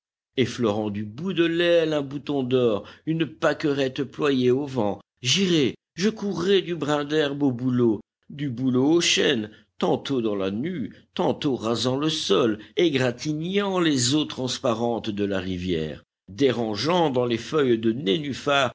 effleurant du bout de l'aile un bouton d'or une pâquerette ployée au vent j'irais je courrais du brin d'herbe au bouleau du bouleau au chêne tantôt dans la nue tantôt rasant le sol égratignant les eaux transparentes de la rivière dérangeant dans les feuilles de nénufar